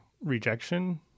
rejection